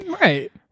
Right